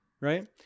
right